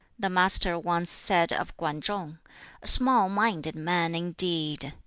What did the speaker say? the master once said of kwan chung, a small-minded man indeed!